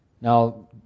now